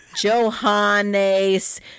Johannes